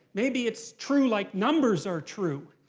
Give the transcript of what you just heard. maybe it's true like numbers are true.